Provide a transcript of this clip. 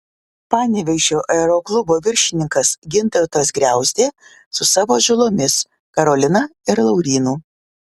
panevėžio aeroklubo viršininkas gintautas griauzdė su savo atžalomis karolina ir laurynu